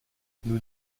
nous